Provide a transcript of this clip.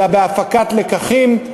אלא בהפקת לקחים.